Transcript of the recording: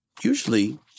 Usually